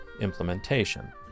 implementation